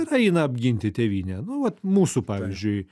ir eina apginti tėvynę nu vat mūsų pavyzdžiui